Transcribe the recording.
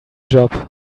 job